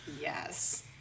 Yes